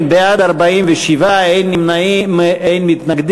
כן, בעד, 47, אין נמנעים, אין מתנגדים.